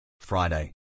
Friday